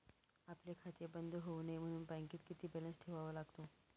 आपले खाते बंद होऊ नये म्हणून बँकेत किती बॅलन्स ठेवावा लागतो?